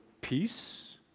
peace